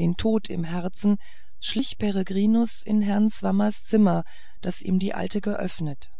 den tod im herzen schlich peregrinus in herrn swammers zimmer das ihm die alte geöffnet